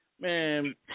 Man